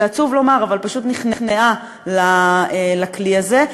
זה עצוב לומר, היא פשוט נכנעה לכלי הזה.